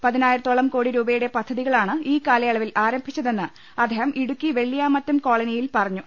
പതിനായിരത്തോളം കോടി രൂപ യുടെ പദ്ധതികളാണ് ഈ കാലയളവിൽ ആരംഭിച്ചതെന്ന് അദ്ദേഹം ഇടുക്കി വെള്ളിയാമറ്റം കോളനിയിൽ പറഞ്ഞു